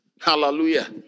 Hallelujah